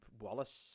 Wallace